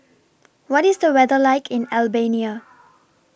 What IS The weather like in Albania